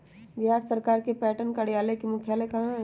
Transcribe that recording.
बिहार सरकार के पटसन कार्यालय के मुख्यालय कहाँ हई?